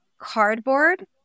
cardboard